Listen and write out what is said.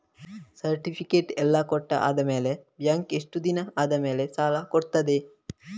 Certificate ಎಲ್ಲಾ ಕೊಟ್ಟು ಆದಮೇಲೆ ಬ್ಯಾಂಕ್ ಎಷ್ಟು ದಿನ ಆದಮೇಲೆ ಸಾಲ ಕೊಡ್ತದೆ?